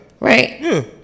Right